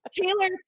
Taylor